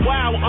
Wow